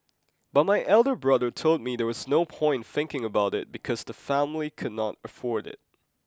but my elder brother told me there was no point thinking about it because the family could not afford it